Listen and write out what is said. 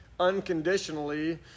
unconditionally